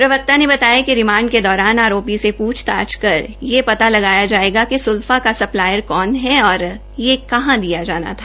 प्रवक्ता ने बताया कि रिमांड के दौरान आरोपी से प्रछताछ कर यह पता लगाये जायेगा कि सुल्फा का सप्लायर कौन है और यह कहां दिया जाना था